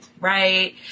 Right